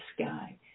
sky